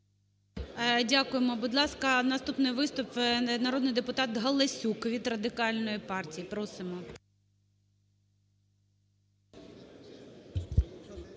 Дякуємо. Будь ласка, наступний виступ народний депутат Галасюк від Радикальної партії. Просимо.